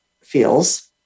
feels